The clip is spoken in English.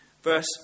Verse